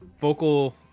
vocal